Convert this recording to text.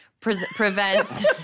prevents